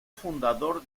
fundador